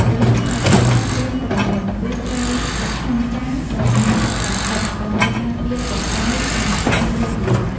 ប្រសិនបើប្រើប្រាស់ទៀនក្រមួន គឺត្រូវដាក់ក្នុងចានដែលមានទឹកបន្តិចដើម្បីការពារកម្តៅ និងការដួលរលំ។